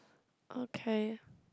okay